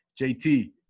JT